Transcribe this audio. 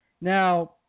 Now